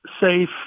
safe